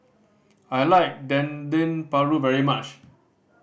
I like Dendeng Paru very much